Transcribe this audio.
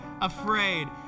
afraid